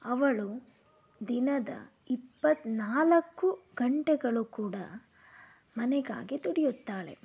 ಅವಳು ದಿನದ ಇಪ್ಪತ್ತನಾಲ್ಕು ಗಂಟೆಗಳು ಕೂಡ ಮನೆಗಾಗಿ ದುಡಿಯುತ್ತಾಳೆ